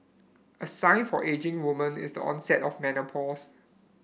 a sign for ageing woman is the onset of menopause